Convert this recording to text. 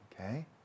Okay